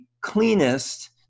cleanest